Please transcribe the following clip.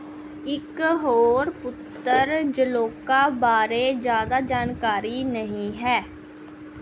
ਇੱਕ ਹੋਰ ਪੁੱਤਰ ਜਲੌਕਾ ਬਾਰੇ ਜ਼ਿਆਦਾ ਜਾਣਕਾਰੀ ਨਹੀਂ ਹੈ